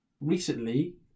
recently